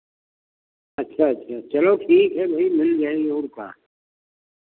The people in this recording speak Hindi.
अच्छा अच्छा चलो ठीक है भाई मिल जाऍंगे और का